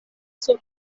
sur